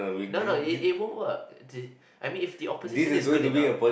no no it it won't work di~ I mean if the opposition is good enough